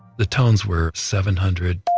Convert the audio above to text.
the tones were seven hundred,